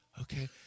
Okay